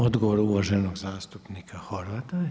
Odgovor uvaženog zastupnika Horvata.